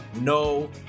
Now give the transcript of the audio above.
no